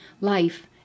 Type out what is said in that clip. life